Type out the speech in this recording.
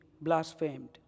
blasphemed